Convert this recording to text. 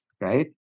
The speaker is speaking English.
right